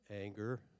anger